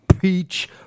Peach